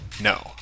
No